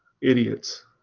idiots